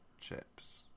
Chips